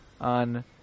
on